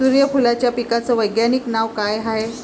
सुर्यफूलाच्या पिकाचं वैज्ञानिक नाव काय हाये?